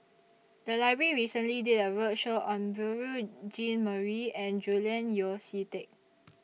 The Library recently did A roadshow on Beurel Jean Marie and Julian Yeo See Teck